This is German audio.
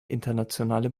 internationale